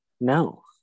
No